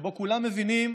שבו כולם מבינים